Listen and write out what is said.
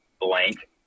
blank